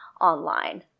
online